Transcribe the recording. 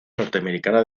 norteamericana